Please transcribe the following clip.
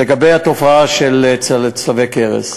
לגבי התופעה של צלבי קרס,